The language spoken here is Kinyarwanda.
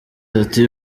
ati